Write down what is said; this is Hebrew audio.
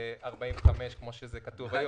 45, כמו שזה כתוב.